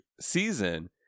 season